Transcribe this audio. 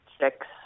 six